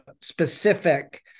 specific